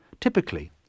Typically